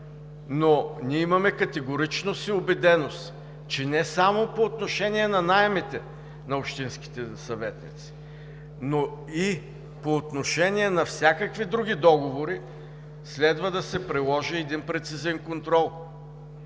Но ние имаме категоричност и убеденост, че не само по отношение на наемите на общинските съветници, но и по отношение на всякакви други договори следва да се приложи един прецизен контрол.